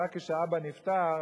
רק כשהאבא נפטר,